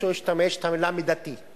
יעני resistance עשיתם מהמחבלים הרצחניים האלה,